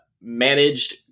managed